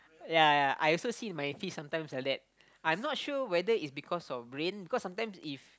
ya ya I also see my fish sometimes like that I not sure whether is because of rain because sometimes if